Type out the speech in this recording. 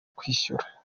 kwishyura